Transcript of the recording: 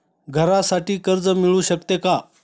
घरासाठी कर्ज मिळू शकते का?